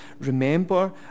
remember